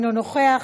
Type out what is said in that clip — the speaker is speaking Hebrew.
אינו נוכח,